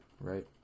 right